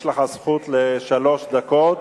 יש לך זכות לשלוש דקות.